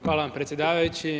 Hvala vam predsjedavajući.